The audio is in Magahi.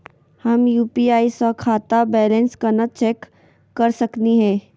हम यू.पी.आई स खाता बैलेंस कना चेक कर सकनी हे?